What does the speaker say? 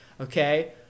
okay